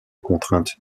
contraintes